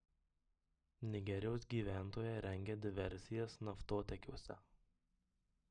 nigerijos gyventojai rengia diversijas naftotiekiuose